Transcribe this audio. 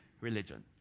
religion